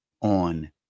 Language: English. on